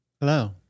Hello